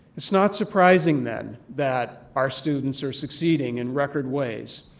it's not surprising then that our students are succeeding in record ways,